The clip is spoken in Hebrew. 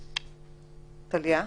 טליה?